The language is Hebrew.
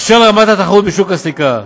אשר לרמת התחרות בשוק הסליקה: